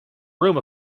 room